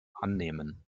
annehmen